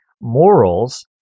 morals